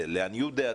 לעניות דעתי.